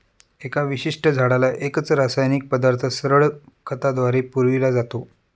एका विशिष्ट झाडाला एकच रासायनिक पदार्थ सरळ खताद्वारे पुरविला जातो